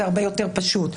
זה הרבה יותר פשוט.